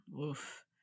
oof